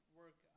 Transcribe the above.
work